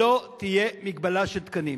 שלא תהיה מגבלה של תקנים.